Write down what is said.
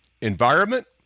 environment